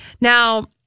Now